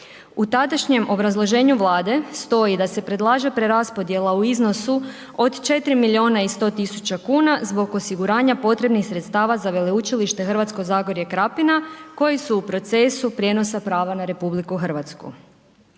U tadašnjem obrazloženju Vlade stoji da se predlaže preraspodjela u iznosu od 4 milijuna i 100 000 kuna zbog osiguranja potrebnih sredstava za Veleučilište Hrvatsko zagorje i Krapina koji su u procesi prijenosa prava na RH.